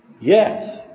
Yes